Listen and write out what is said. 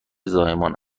زایمان